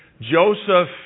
Joseph